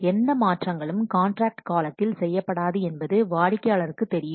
எந்த மாற்றங்களும் காண்ட்ராக்ட் காலத்தில் செய்யப்படாது என்பது வாடிக்கையாளருக்கு தெரியும்